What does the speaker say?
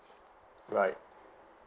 right